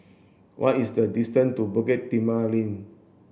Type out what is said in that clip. what is the distance to Bukit Timah Link